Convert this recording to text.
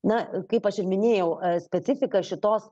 na kaip aš ir minėjau specifika šitos